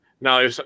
Now